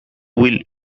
will